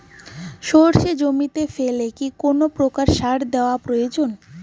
সর্ষে জমিতে ফেলে কি কোন প্রকার সার দেওয়া প্রয়োজন?